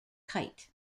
kite